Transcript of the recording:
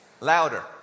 Louder